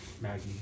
Maggie